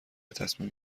تصمیم